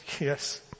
Yes